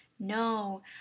No